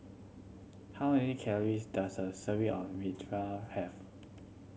how many calories does a serving of Raita have